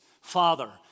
father